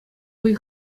вӑй